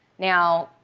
now,